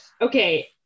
Okay